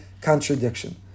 contradiction